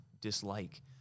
dislike